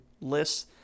lists